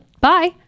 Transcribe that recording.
Bye